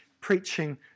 preaching